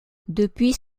depuis